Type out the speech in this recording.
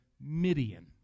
Midian